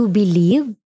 believe